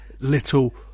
Little